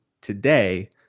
today